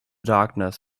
darkness